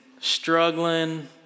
struggling